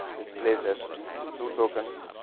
this place has two tokens,